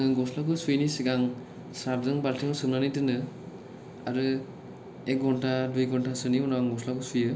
आङो गस्लाखौ सुयैनि सिगां स्राफजों बालथिङाव सोमनानै दोनो आरो एख घण्टा दुइ घण्टासोनि उनाव आं गस्लाखौ सुयो